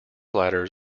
ladders